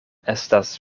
estas